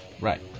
Right